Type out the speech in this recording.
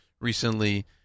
recently